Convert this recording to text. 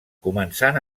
començant